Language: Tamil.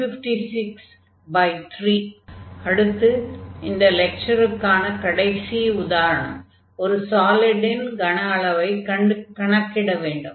040xxdydx48016xxdydx2563 அடுத்து இந்த லெக்சருக்கான கடைசி உதாரணம் ஒரு சாலிடின் கன அளவைக் கணக்கிட வேண்டும்